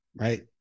right